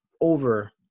over